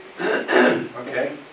Okay